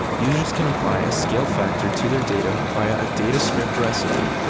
users can apply a scale factor to their data via a data script recipe,